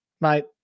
Mate